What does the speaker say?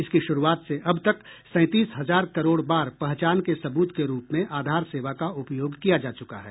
इसकी शुरूआत से अब तक सैंतीस हजार करोड़ बार पहचान के सबूत के रूप में आधार सेवा का उपयोग किया जा चुका है